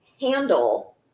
handle